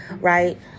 right